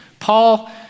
Paul